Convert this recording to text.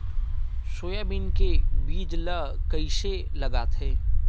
Soybean के बीज ल कइसे लगाथे?